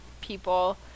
people